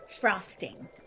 frosting